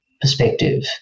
perspective